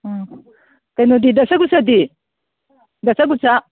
ꯎꯝ ꯀꯩꯅꯣꯗꯤ ꯗꯁꯀꯨꯁꯥꯗꯤ ꯗꯁꯀꯨꯁꯀꯥ